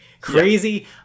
crazy